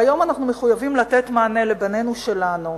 והיום, אנחנו מחויבים לתת מענה לבנינו שלנו,